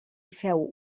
feu